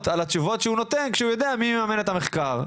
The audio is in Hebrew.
על התשובות שהוא נותן כשהוא יודע מי מממן את המחקר.